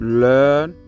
learn